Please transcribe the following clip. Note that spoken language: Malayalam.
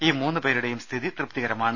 ഈ മൂന്ന് പേരുടേയും സ്ഥിതി തൃപ്തികരമാണ്